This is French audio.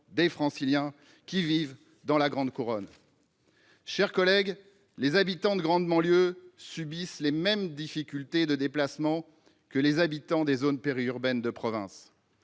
de Franciliens qui vivent en grande couronne. Mes chers collègues, les habitants de grande banlieue subissent les mêmes difficultés de déplacement que les habitants des zones périurbaines de province.